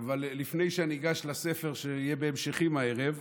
לפני שאני אגש לספר, שיהיה בהמשכים הערב,